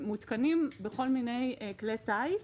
מותקנים בכל מיני כלי טיס